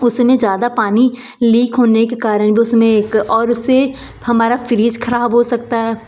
उसमें ज़्यादा पानी लीक होने के कारण उसमें एक और उसे हमारा फ्रीज़ ख़राब हो सकता है